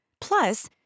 Plus